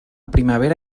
primavera